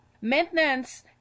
Maintenance